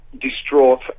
distraught